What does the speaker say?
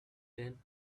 than